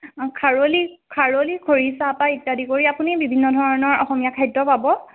খাৰলি খাৰলি খৰিচাৰ পৰা ইত্যাদি কৰি আপুনি বিভিন্ন ধৰণৰ অসমীয়া খাদ্য পাব